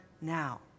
now